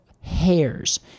hairs